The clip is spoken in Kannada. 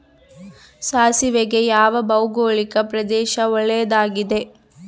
ಸಾಸಿವೆಗೆ ಯಾವ ಭೌಗೋಳಿಕ ಪ್ರದೇಶ ಒಳ್ಳೆಯದಾಗಿದೆ?